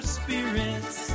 spirits